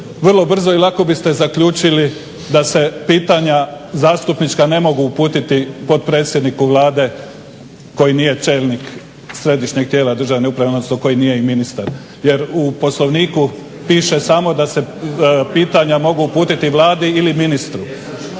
vrlo brzo i lako bi ste zaključili da se pitanja zastupnička ne mogu uputiti potpredsjedniku Vlade koji nije čelnik središnjeg tijela državne uprave, odnosno koji nije i ministar jer u Poslovniku piše samo da se pitanja mogu uputiti Vladi ili ministru.